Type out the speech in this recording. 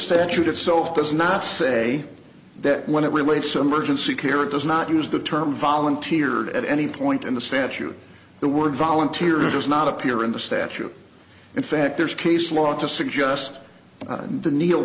statute itself does not say that when it relates to emergency care it does not use the term volunteered at any point in the statute the word volunteer does not appear in the statute in fact there's case law to suggest the ne